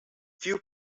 few